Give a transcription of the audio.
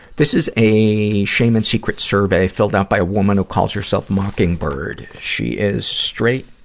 this is a shame and secret survey filled out by a woman who calls herself mockingbird. she is straight,